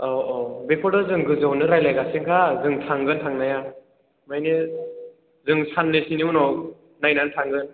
औ औ बेखौथ' जों गोजौआवनो रायलायगासिनोखा जों थांगोन थांनाया माने जों साननैसोनि उनाव नायनानै थांगोन